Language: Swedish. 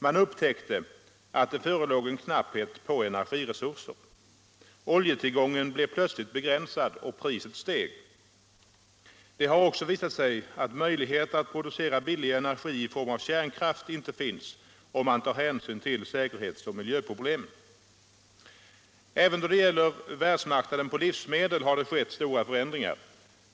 Man upptäckte att det förelåg en knapphet på energiresurser. Oljetillgången blev plötsligt begränsad och priset steg. Det har också visat sig att möjlighet att producera billig energi i form av kärnkraft inte finns, om man tar hänsyn till säkerhetsoch miljöproblemen. Även då det gäller världsmarknaden på livsmedel har det skett stora förändringar.